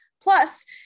Plus